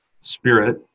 spirit